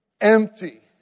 empty